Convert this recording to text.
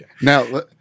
Now